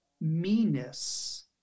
meanness